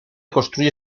construyen